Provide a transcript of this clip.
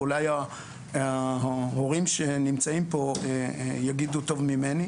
ואולי ההורים שנמצאים פה יגידו טוב ממני.